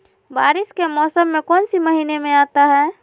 बारिस के मौसम कौन सी महीने में आता है?